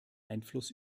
einfluss